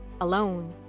Alone